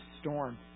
storm